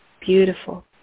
beautiful